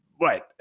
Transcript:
right